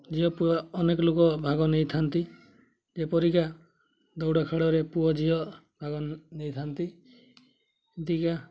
ଝିଅ ପୁଅ ଅନେକ ଲୋକ ଭାଗ ନେଇଥାନ୍ତି ଯେପରିକା ଦୌଡ଼ ଖେଳରେ ପୁଅ ଝିଅ ଭାଗ ନେଇଥାନ୍ତି ଏମିତିକା